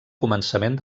començament